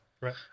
right